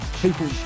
people